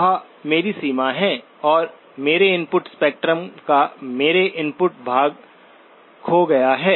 वह मेरी सीमा है और मेरे इनपुट स्पेक्ट्रम का मेरा इनपुट भाग खो गया है